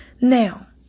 Now